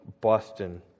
Boston